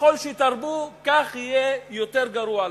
ככל שתרבו כך יהיה יותר גרוע לכם.